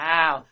Wow